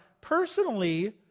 Personally